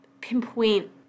pinpoint